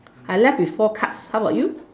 I left with four cards how about you